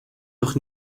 doch